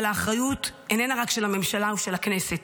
אבל האחריות איננה רק של הממשלה ושל הכנסת,